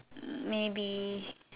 maybe